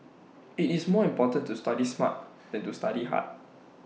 IT is more important to study smart than to study hard